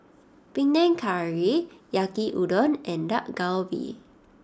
Panang Curry Yaki Udon and Dak Galbi